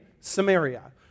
Samaria